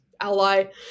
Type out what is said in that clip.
ally